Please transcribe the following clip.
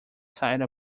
side